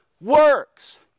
works